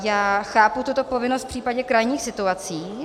Já chápu tuto povinnost v případě krajních situací.